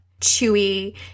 chewy